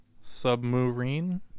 Submarine